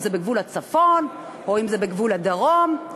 אם בגבול הצפון ואם בגבול הדרום,